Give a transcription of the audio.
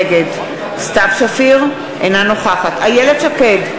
נגד סתיו שפיר, אינה נוכחת איילת שקד,